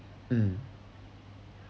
mm